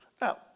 Now